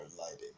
lighting